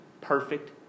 perfect